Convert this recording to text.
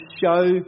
show